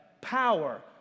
power